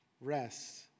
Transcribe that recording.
rest